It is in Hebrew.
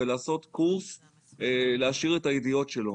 ולעשות קורס כדי להעשיר את הידיעות שלו.